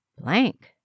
blank